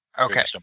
Okay